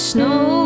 Snow